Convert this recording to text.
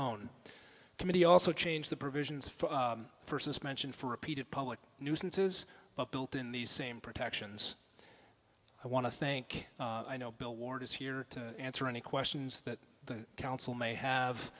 own committee also change the provisions for suspension for repeated public nuisance is built in these same protections i want to think i know bill ward is here to answer any questions that the council may have